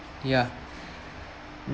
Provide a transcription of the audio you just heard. ya